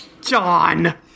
John